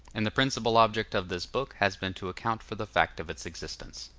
and the principal object of this book has been to account for the fact of its existence.